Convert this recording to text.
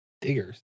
Diggers